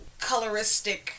coloristic